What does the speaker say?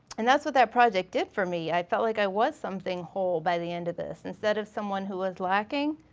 and that's what that project did for me. i felt like i was something whole by the end of this instead of someone who was lacking,